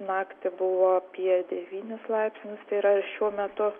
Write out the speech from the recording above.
naktį buvo apie devynis laipsnius tai yra šiuo metu